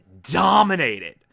dominated